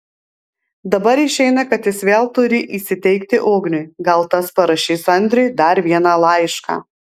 dabar išeina kad jis vėl turi įsiteikti ugniui gal tas parašys audriui dar vieną laišką